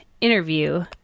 interview